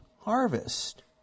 harvest